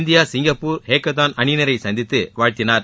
India Singapore hackathon அணியினரை சந்தித்து வாழ்த்தினார்